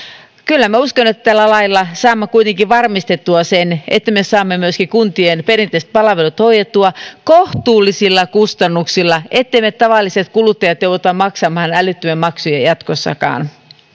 kyllä minä uskon että tällä lailla saamme kuitenkin varmistettua sen että me saamme myöskin kuntien perinteiset palvelut hoidettua kohtuullisilla kustannuksilla että me tavalliset kuluttajat emme joudu maksamaan älyttömiä maksuja jatkossakaan